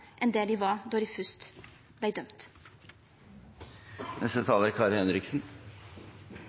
enn det dei var då dei fyrst